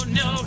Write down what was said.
no